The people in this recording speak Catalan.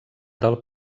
del